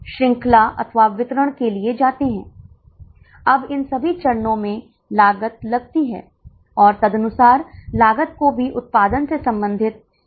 अब यदि आप 160 छात्रों के लिए जाते हैं तो क्या कुल लागत में और कमी आएगी